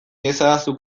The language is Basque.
iezadazu